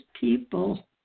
people